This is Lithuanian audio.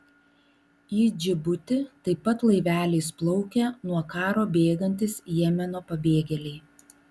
į džibutį taip pat laiveliais plaukia nuo karo bėgantys jemeno pabėgėliai